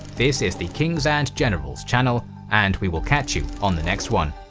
this is the kings and generals channel, and we will catch you on the next one.